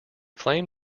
claimed